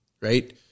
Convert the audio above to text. right